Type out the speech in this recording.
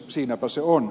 siinäpä se on